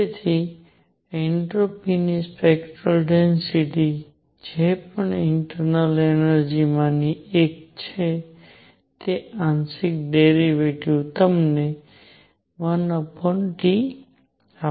તેથી એન્ટ્રોપીની spectral density જે પણ ઇન્ટરનલ એનર્જી માંની એક છે તે આંશિક ડેરિવેટિવ તમને 1T આપે છે